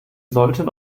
sollten